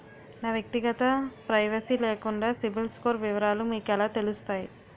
నా వ్యక్తిగత ప్రైవసీ లేకుండా సిబిల్ స్కోర్ వివరాలు మీకు ఎలా తెలుస్తాయి?